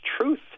truth